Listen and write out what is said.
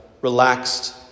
relaxed